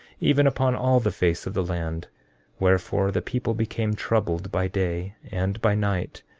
even upon all the face of the land wherefore the people became troubled by day and by night,